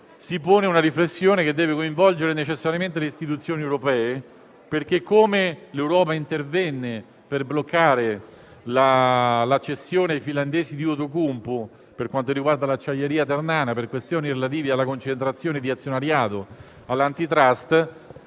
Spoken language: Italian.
si pone una riflessione che deve coinvolgere necessariamente le istituzioni europee perché, come l'Europa intervenne per bloccare la cessione ai finlandesi di Outokumpu dell'acciaieria ternana per questioni relative alla concentrazione di azionariato all'*Antitrust*,